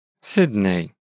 Sydney